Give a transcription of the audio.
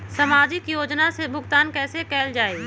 सामाजिक योजना से भुगतान कैसे कयल जाई?